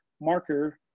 marker